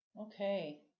Okay